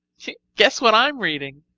guess what i'm reading?